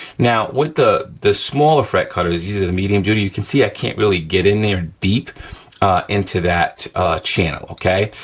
now, what the the smaller fret cutter, these are the medium duty, you can see i can't really get in there deep into that channel, okay?